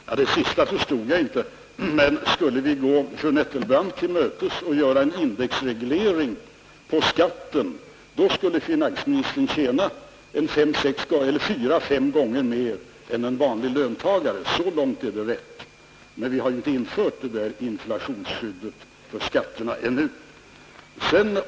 Herr talman! Det sista förstod jag inte. Men skulle vi gå fru Nettelbrandt till mötes och göra en indexreglering på skatten, skulle finansministern tjäna fyra fem gånger mer än en vanlig löntagare — så långt är det rätt. Men vi har ju inte infört det där inflationsskyddet på skatterna ännu.